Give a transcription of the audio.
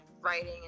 writing